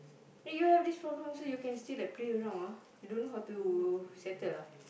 eh you have this problem also you can still like play around ah you don't know how to settle lah